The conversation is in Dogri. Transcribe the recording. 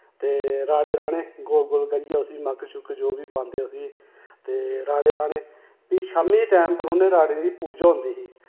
ते राड़े राने गोल गोल करियै उस्सी मक्क शुक जो बी पांदे उस्सी ते राड़े राने फ्ही शाम्मी दे टैम पर उ'नें राड़ें दी पूजा होंदी ही